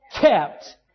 kept